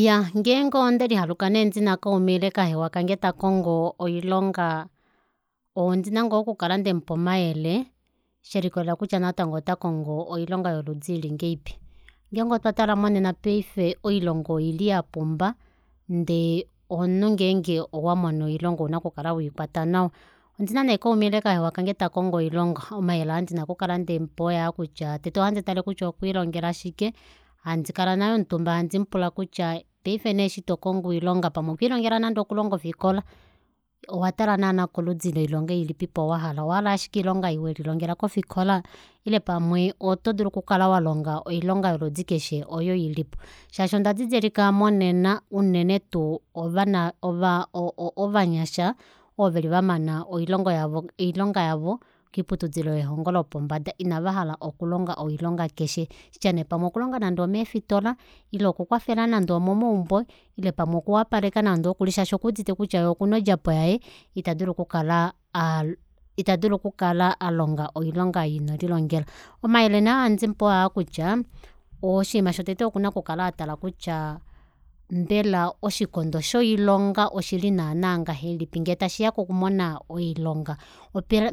Iyaa ngeenge ondelihaluka nee ndina kaume ile kahewa kange takongo ondina ngoo okukala ndeemupa omayele shelikwatelela kutya natango otakongo oilonga yoludi ili ngahelipi ngeenge otwa tala monena paife oilonga oili yapumba ndee omunhu ngenge owamono oilonga ouna okukala weikwata nawa ondina nee kaume kange ile kahewa kange takongo oilonga omayele aandina okukala ndeemupa oyaa kutya tete ohandi tale kutya okwe lilongela shike handi kala naye omutumba handi mupula kutya paife nee eshi tokongo oilonga pamwe okwe lilongela nande okulonga ofikola owa tala naana koludi loilonga ilipipo wahala owahala ashike oilong ei welilongela kofikola ile pamwe oto dulu okukala walonga oilonga yoludi keshe oyo ilipo shaashi onda didilika monena unene tuu ovana o- o- o ovanyasha ovo veli vamana oilonga yavo koiputudilo yelongo lopombada ina vahala okulonga oilonga keshe kutya nee pamwe okulonga nande omeefitola ile oku kwafela nande omomaumbo ile pamwe okuwapaleka nande ookuli shashi okudite kutya yee okuna odjapo ita dulu okukala alonga oilonga ei inelilongela omayele naa handimupe oyoo kutya oshinima shotete okuna okukala atala kutya mbela oshikondo shoilonga oshili naana ngahelipi ngee tashiya kokumona oilonga